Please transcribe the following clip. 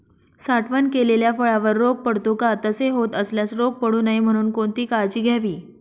साठवण केलेल्या फळावर रोग पडतो का? तसे होत असल्यास रोग पडू नये म्हणून कोणती काळजी घ्यावी?